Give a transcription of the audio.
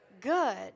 good